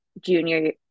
junior